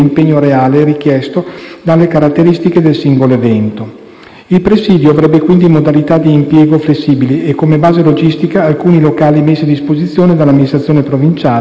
Il presidio avrebbe, quindi, modalità di impiego flessibili e come base logistica alcuni locali messi a disposizione dall'amministrazione provinciale, ove saranno ricoverati anche mezzi ed attrezzature di servizio.